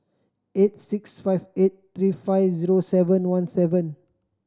eight six five eight three five zero seven one seven